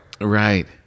Right